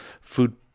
food